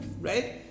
right